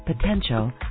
potential